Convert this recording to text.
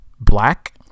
Black